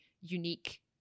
unique